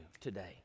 today